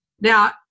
Now